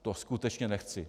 To skutečně nechci.